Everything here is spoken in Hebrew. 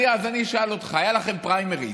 אז אני אשאל אותך: היו לכם פריימריז.